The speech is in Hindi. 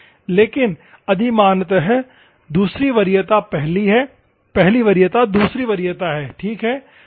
लेकिन अधिमानतः दूसरी वरीयता पहली है पहली वरीयता दूसरी वरीयता है ठीक है